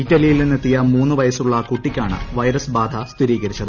ഇറ്റലിയിൽ നിന്നെത്തിയ മൂന്ന് വയസ്സുള്ള കുട്ടിക്കാണ് വൈറസ് ബാധ സ്ഥിരീകരിച്ചത്